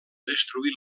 destruir